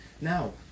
Now